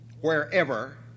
Wherever